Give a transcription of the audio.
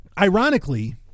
ironically